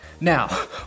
Now